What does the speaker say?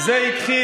וזה התחיל,